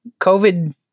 COVID